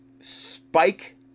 spike